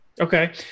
Okay